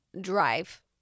drive